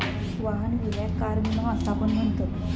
वाहन विम्याक कार विमा असा पण म्हणतत